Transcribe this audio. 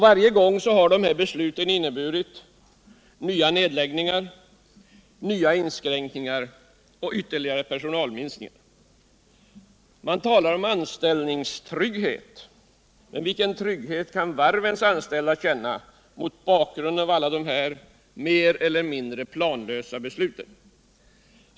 Varje gång har besluten inneburit nya nedläggningar, nya inskränkningar och ytterligare personalminskningar. Man talar om anställningstrygghet. Men vilken trygghet kan varvens anställda känna mot bakgrund av dessa mer eller mindre planlösa beslut?